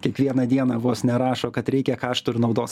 kiekvieną dieną vos ne rašo kad reikia kaštų ir naudos